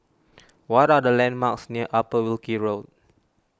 what are the landmarks near Upper Wilkie Road